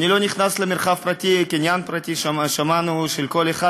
אני לא נכנס למרחב פרטי וקניין פרטי של כל אחד,